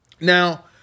now